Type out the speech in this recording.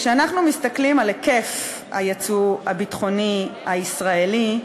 כשאנחנו מסתכלים על היקף היצוא הביטחוני הישראלי,